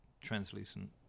translucent